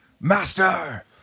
master